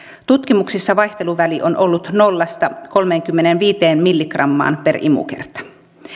tutkimuksissa vaihteluväli on ollut nollasta kolmeenkymmeneenviiteen milligrammaan per imukerta